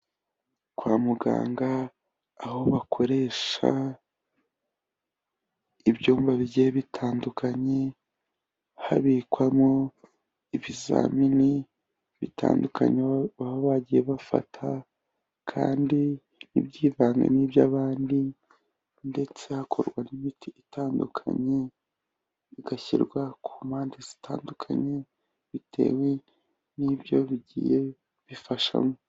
Kwa muganga, aho bakoresha ibyumba bigiye bitandukanye, habikwamo ibizamini bitandukanye baba bagiye bafata, kandi ntibyivange n'iby'abandi, ndetse hakorwa n'imiti itandukanye bigashyirwa ku mpande zitandukanye, bitewe n'ibyo bigiye bifashamo.